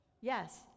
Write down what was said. Yes